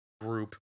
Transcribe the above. group